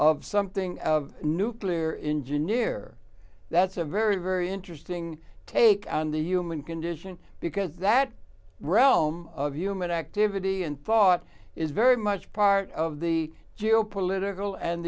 of something nuclear engineer that's a very very interesting take on the human condition because that realm of human activity and thought is very much part of the geo political and